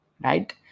Right